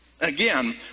Again